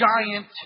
giant